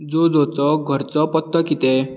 जोजोचो घरचो पत्तो कितें